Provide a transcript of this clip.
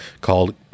called